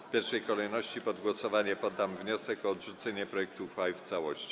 W pierwszej kolejności pod głosowanie poddam wniosek o odrzucenie projektu uchwały w całości.